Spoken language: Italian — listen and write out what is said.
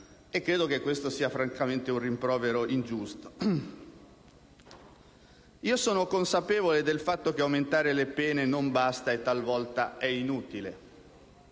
credo che questo sia francamente un rimprovero ingiusto. Io sono consapevole del fatto che aumentare le pene non basta e talvolta è inutile.